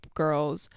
girls